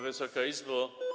Wysoka Izbo!